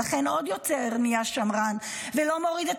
ולכן נהיה עוד יותר שמרן ולא מוריד את